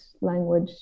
language